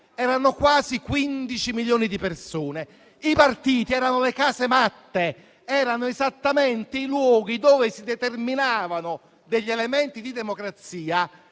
Erano quasi 15 milioni di persone. I partiti erano le casematte, erano esattamente i luoghi dove si determinavano gli elementi della democrazia